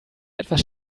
etwas